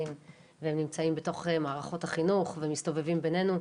והם נמצאים בתוך מערכות החינוך ומסתובבים בינינו.